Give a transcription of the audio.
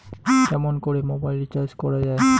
কেমন করে mobile recharge করা য়ায়?